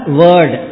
word